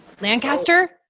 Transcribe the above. Lancaster